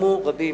תרמו רבים,